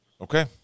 Okay